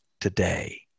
today